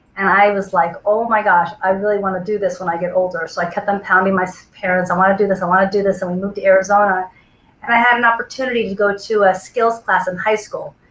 and i was like oh my gosh i really want to do this when i get older. so i kept on pounding my so parents, i want to do this, i want to do this. and when we moved to arizona and i had an opportunity to go to a skills class in high school.